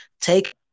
Take